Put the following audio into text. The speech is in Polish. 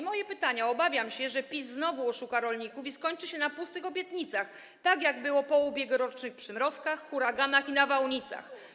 Moje pytanie: Obawiam się, że PiS znowu oszuka rolników i skończy się na pustych obietnicach, jak było po ubiegłorocznych przymrozkach, huraganach i nawałnicach.